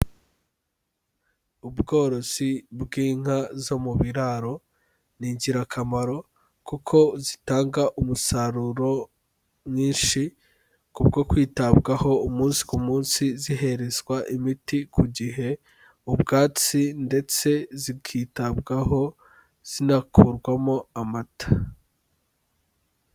Ubworozi bw'inka zo mu biraro ni ingirakamaro kuko zitanga umusaruro mwinshi kubwo kwitabwaho umunsi ku munsi ziherezwa imiti ku gihe, ubwatsi ndetse zikitabwaho zinakurwamo amata.